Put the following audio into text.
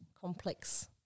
complex